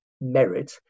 merit